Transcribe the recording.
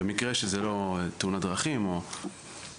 במקרה שזה לא תאונת דרכים או רצח,